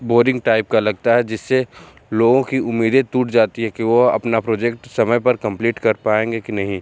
boring type का लगता है जिससे लोगों की उम्मीदें टूट जाती है कि वो अपना प्रोजेक्ट समय पर कम्पलीट कर पाएंगे कि नहीं